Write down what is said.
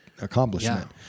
accomplishment